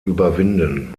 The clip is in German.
überwinden